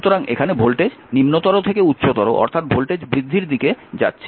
সুতরাং এখানে ভোল্টেজ নিম্নতর থেকে উচ্চতর অর্থাৎ ভোল্টেজ বৃদ্ধির দিকে যাচ্ছে